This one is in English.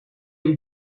will